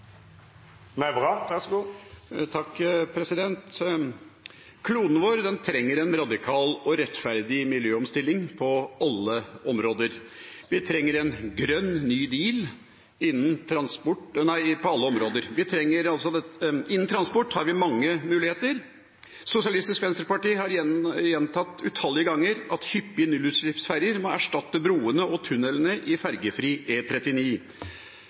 vår trenger en radikal og rettferdig miljøomstilling på alle områder. Vi trenger en «grønn, ny deal». Innen transport har vi mange muligheter. Sosialistisk Venstreparti har gjentatt utallige ganger at hyppige nullutslippsferger må erstatte broene og tunnelene i